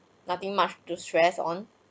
nothing much to stress on